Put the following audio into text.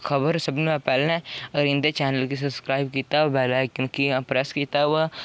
खबर सभनें शा पैह्लें अगर इं'दे चैनल गी सब्सक्राइब कीता होऐ बैल्लआइकान गी प्रैस कीता होऐ